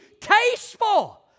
tasteful